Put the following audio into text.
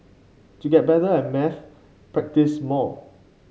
to get better at maths practise more